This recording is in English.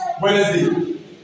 Wednesday